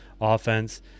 offense